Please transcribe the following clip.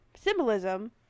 symbolism